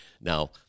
Now